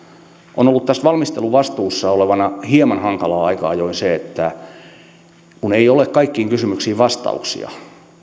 on ollut tässä valmisteluvastuussa olevana minulle hieman hankalaa aika ajoin se kun ei ole kaikkiin kysymyksiin vastauksia